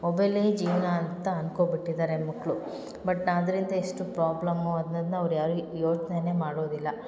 ಮೊಬೈಲೇ ಜೀವನ ಅಂತ ಅನ್ಕೊಬಿಟ್ಟಿದ್ದಾರೆ ಮಕ್ಕಳು ಬಟ್ ಅದ್ರಿಂದ ಎಷ್ಟು ಪ್ರೋಬ್ಲಮ್ಮು ಅನ್ನದನ್ನ ಅವ್ರು ಯಾರು ಯೋಚನೆಯೇ ಮಾಡೋದಿಲ್ಲ